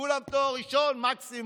כולם עם תואר ראשון מקסימום.